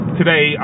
today